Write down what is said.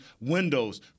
windows